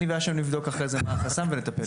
אני והאשם נבדוק אחרי זה מה החסם ונטפל בזה.